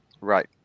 Right